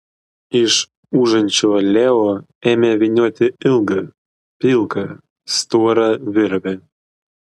iš užančio leo ėmė vynioti ilgą pilką storą virvę